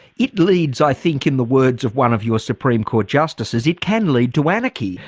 it leads i think in the words of one of your supreme court justices, it can lead to anarchy.